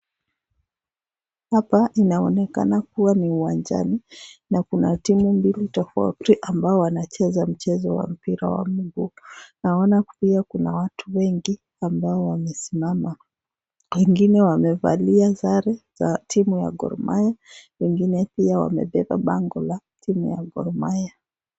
Hapa inaonekana kuwa ni uwanjani na kuna timu mbili tofauti ambao wanacheza mchezo wa mpira wa miguu. Naona pia kuna watu wengi ambao wamesimama, wengine wamevalia sare za timu ya Gor Mahia wengine pia wamebeba bango la timu ya Gor Mahia.